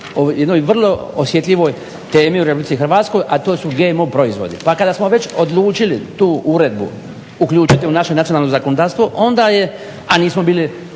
jednoj vrlo osjetljivoj temi u RH a to su GMO proizvodi. Pa kada smo već odlučili tu uredu uključiti u naše nacionalno zakonodavstvo a nismo bili